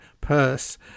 purse